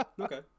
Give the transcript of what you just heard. Okay